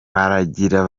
baragira